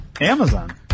Amazon